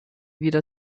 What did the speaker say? wieder